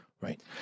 Right